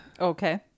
Okay